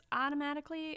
automatically